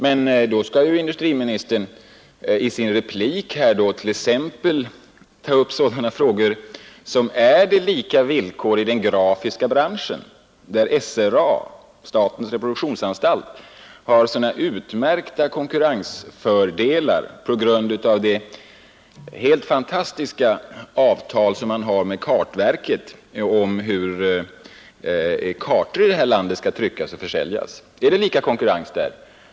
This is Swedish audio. Men då bör inrikesministern i sin replik svara på frågan om det är lika villkor i den grafiska branschen, där SRA har utomordentligt stora konkurrensfördelar på grund av det helt fantastiska avtalet med kartverket angående tryckningen och försäljningen av kartor i detta land. Är det lika konkurrensvillkor där?